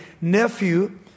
nephew